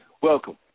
Welcome